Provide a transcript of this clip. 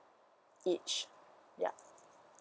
each yeah